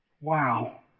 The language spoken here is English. Wow